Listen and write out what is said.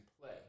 play